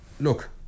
look